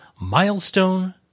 Milestone